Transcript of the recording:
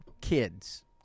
kids